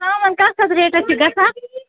ژامَن کَتھ کَتھ ریٹَس چھِ گژھان